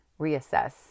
reassess